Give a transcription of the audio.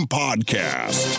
podcast